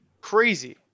Crazy